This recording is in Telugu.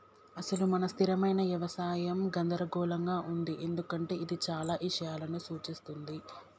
అసలు మన స్థిరమైన యవసాయం గందరగోళంగా ఉంది ఎందుకంటే ఇది చానా ఇషయాలను సూఛిస్తుంది